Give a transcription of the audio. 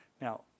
Now